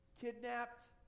kidnapped